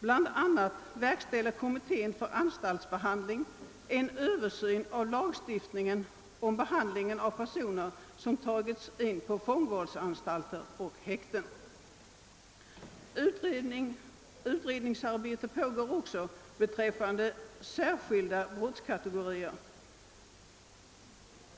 Bland annat verkställer kommittén för anstaltsbehandling en översyn av lagstiftningen om behandlingen av personer som tagits in på fångvårdsanstalter och häkten. Utredningsarbete pågår också beträffande särskilda = brottskategorier.